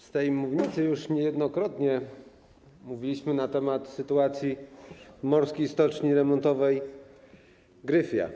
Z tej mównicy już niejednokrotnie mówiliśmy na temat sytuacji Morskiej Stoczni Remontowej Gryfia.